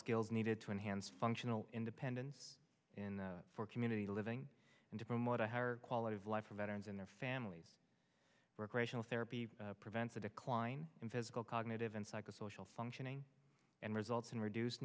skills needed to enhance functional independence in for community living and to promote a higher quality of life for veterans and their families recreational therapy prevents a decline in physical cognitive and psycho social functioning and results in reduced